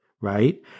right